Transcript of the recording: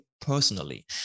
personally